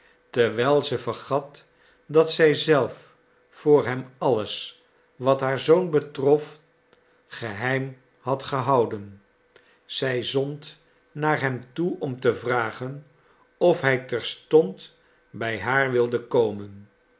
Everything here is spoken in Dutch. terwijl ze vergat dat zij zelf voor hem alles wat haar zoon betrof geheim had gehouden zij zond naar hem toe om te vragen of hij terstond bij haar wilde komen